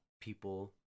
people